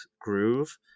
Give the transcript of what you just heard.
groove